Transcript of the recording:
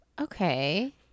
Okay